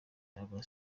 n’aba